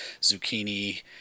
zucchini